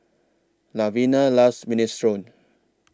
Lavina loves Minestrone